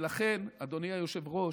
ולכן, אדוני היושב-ראש,